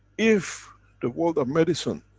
if the world of medicine,